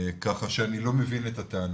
כך שאני לא מבין את הטענה.